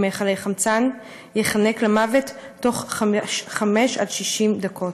מכלי חמצן ייחנק למוות בתוך 5 60 דקות".